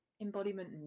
embodiment